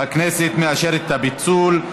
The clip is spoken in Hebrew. הכנסת מאשרת את הפיצול.